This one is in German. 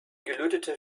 gelötete